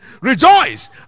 Rejoice